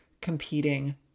competing